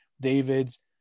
David's